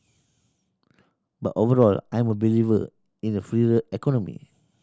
but overall I'm a believer in a freer economy